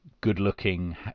good-looking